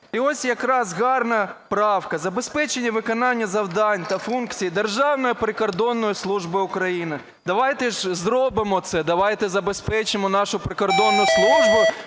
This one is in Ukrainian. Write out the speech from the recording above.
І ось якраз гарна правка. Забезпечення виконання завдань та функцій Державної прикордонної служби України. Давайте ж зробимо це, давайте забезпечимо нашу Прикордонну службу,